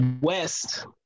west